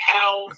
Hell